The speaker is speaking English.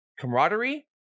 camaraderie